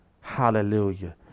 Hallelujah